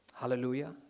Hallelujah